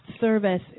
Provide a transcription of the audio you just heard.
service